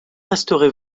resterez